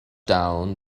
down